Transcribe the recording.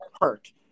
hurt